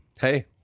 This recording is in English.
hey